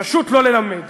פשוט לא ללמד.